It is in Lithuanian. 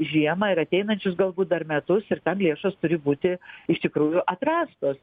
žiemą ir ateinančius galbūt dar metus ir tam lėšos turi būti iš tikrųjų atrastos